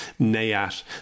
Nayat